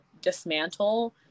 dismantle